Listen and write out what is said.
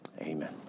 amen